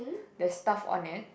there's stuff on it